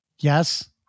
Yes